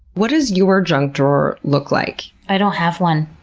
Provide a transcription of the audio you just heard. what does your junk drawer look like? i don't have one.